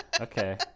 Okay